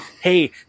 hey